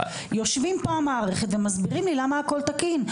יושבים פה מהמערכת ומסבירים לי למה הכל תקין.